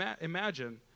imagine